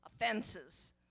offenses